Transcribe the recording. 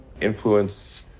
influence